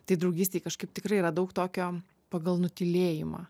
tai draugystėj kažkaip tikrai yra daug tokio pagal nutylėjimą